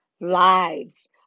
lives